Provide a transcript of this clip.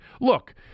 look